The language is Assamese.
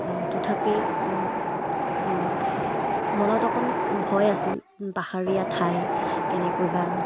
তথাপি মনত অকণ ভয় আছিল পাহাৰীয়া ঠাই কেনেকৈ বা